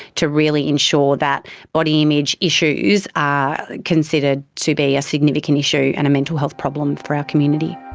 to really ensure that body image issues are considered to be a significant issue and a mental health problem for our community.